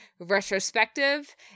retrospective